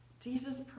Jesus